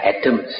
atoms